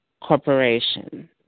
Corporation